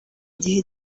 igihe